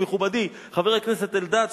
מכובדי חבר הכנסת אלדד,